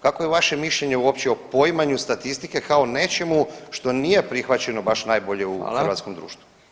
Kakvo je vaše mišljenje uopće o poimanju statistike kao nečemu što nije prihvaćeno baš najbolje [[Upadica: Hvala.]] u hrvatskom društvu?